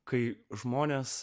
kai žmonės